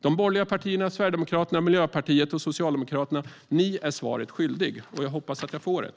De borgerliga partierna, Sverigedemokraterna, Miljöpartiet och Socialdemokraterna är svaret skyldiga, och jag hoppas att jag får det.